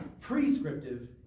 prescriptive